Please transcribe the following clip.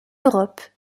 europe